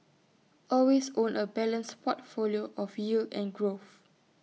always own A balanced portfolio of yield and growth